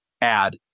add